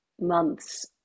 months